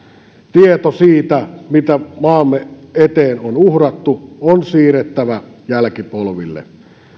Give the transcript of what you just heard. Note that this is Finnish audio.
tieto siitä mitä maamme eteen on uhrattu on siirrettävä jälkipolville